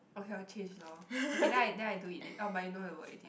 okay I'll change lor okay then I then I don't eat it or you know I will eat it